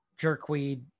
jerkweed